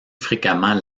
fréquemment